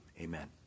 amen